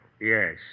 Yes